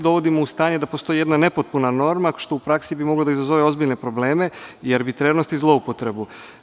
Dovodimo u stanje da postoji jedna nepotpuna norma, što bi u praksi moglo da izazove ozbiljne probleme, arbitrernost i zloupotrebu.